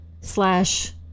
slash